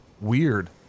weird